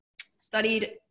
Studied